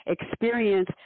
experience